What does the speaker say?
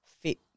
fit